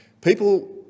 People